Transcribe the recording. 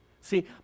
See